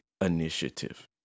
initiative